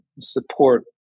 support